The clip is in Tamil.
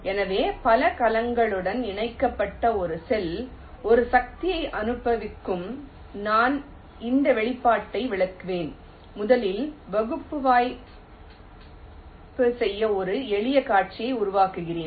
எனவே பல கலங்களுடன் இணைக்கப்பட்ட ஒரு செல் ஒரு சக்தியை அனுபவிக்கும் நான் இந்த வெளிப்பாட்டை விளக்குவேன் முதலில் பகுப்பாய்வு செய்ய ஒரு எளிய காட்சியை உருவாக்குகிறேன்